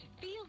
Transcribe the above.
feel